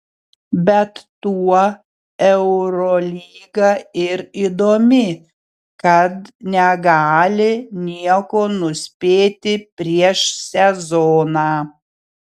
bet tuo eurolyga ir įdomi kad negali nieko nuspėti prieš sezoną